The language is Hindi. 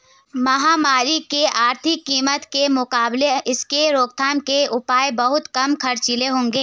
महामारी की आर्थिक कीमत के मुकाबले इसकी रोकथाम के उपाय बहुत कम खर्चीले होंगे